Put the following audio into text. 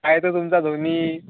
काय तो तुमचा धोनी